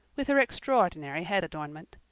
with her extraordinary head adornment.